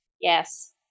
Yes